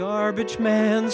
garbage man